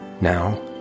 Now